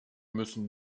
müssen